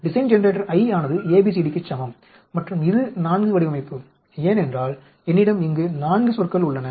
design generator I ஆனது ABCD க்குச் சமம் மற்றும் இது 4 வடிவமைப்பு ஏனென்றால் என்னிடம் இங்கு 4 சொற்கள் உள்ளன